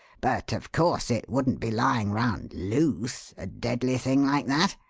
but of course it wouldn't be lying round loose a deadly thing like that.